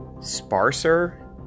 sparser